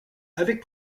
avec